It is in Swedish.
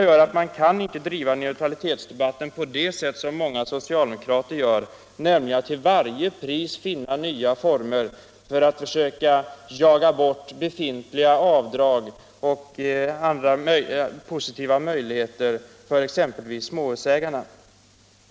Man kan därför inte driva neutralitetsdebatten på det sätt som många socialdemokrater gör, nämligen att till varje pris finna nya former för att försöka jaga bort befintliga avdrag och andra fördelar för exempelvis småhusägarna.